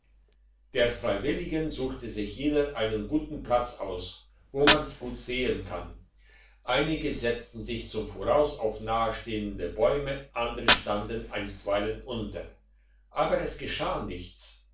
der freiwilligen suchte sich jeder einen guten platz aus wo man's gut sehen kann einige setzten sich zum voraus auf nahestehende bäume andere standen einstweilen unter aber es geschah nichts